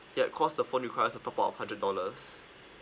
yup cause the phone requires a top up of hundred dollars